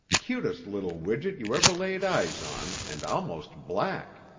cutest little widget you ever laid eyes on and almost black.